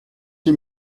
die